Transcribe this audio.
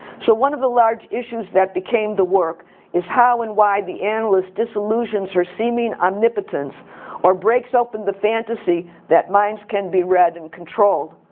so one of the large issues that became the work is how and why the analyst disillusions her seeming omnipotence or breaks open the fantasy that minds can be read and controlled.